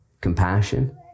compassion